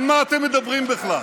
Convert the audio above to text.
על מה אתם מדברים בכלל?